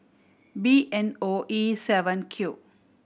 B N O E seven Q